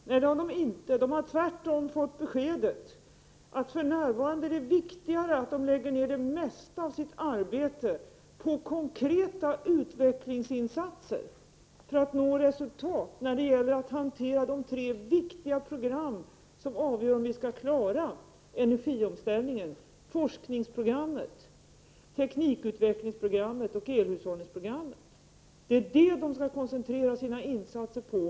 Fru talman! Det har verket inte fått. Tvärtom har verket fått besked om att det för närvarande är viktigare att personalen lägger ned det mesta av sitt arbete på konkreta utvecklingsinsatser för att nå resultat när det gäller att hantera de tre viktiga program som avgör om vi skall klara energiomställ ningen, nämligen forskningsprogrammet, teknikutvecklingsprogrammet och elhushållningsprogrammet. Det är det som verket skall koncentrera sina insatser på.